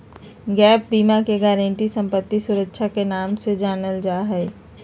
gap बीमा के guarantee संपत्ति सुरक्षा के नाम से जानल जाई छई